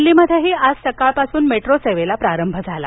दिल्लीमध्येही आज सकाळपासून मेट्रोसेवेला प्रारंभ झाला